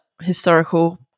historical